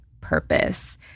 purpose